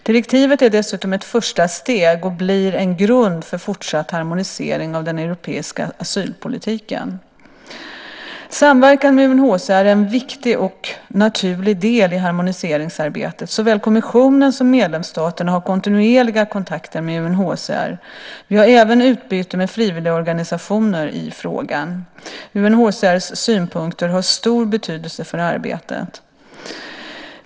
Direktivet är dessutom ett första steg och blir en grund för fortsatt harmonisering av den europeiska asylpolitiken. Samverkan med UNHCR är en viktig och naturlig del i harmoniseringsarbetet. Såväl kommissionen som medlemsstaterna har kontinuerliga kontakter med UNHCR. Vi har även utbyte med frivilligorganisationer i frågan. UNHCR:s synpunkter har stor betydelse för arbetet.